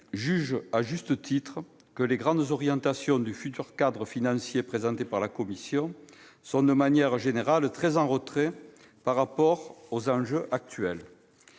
juge, à juste titre, que les grandes orientations du projet de cadre financier présenté par la Commission européenne sont, de manière générale, très en retrait par rapport aux enjeux actuels.